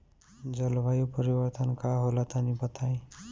जलवायु परिवर्तन का होला तनी बताई?